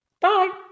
Bye